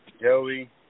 Joey